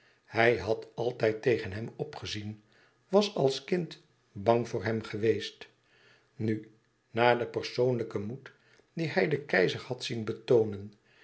hij had altijd tegen hem opgezien was als kind bang voor hem geweest nu na den persoonlijken moed dien hij den keizer had zien betoonen